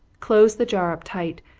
close the jar up tight,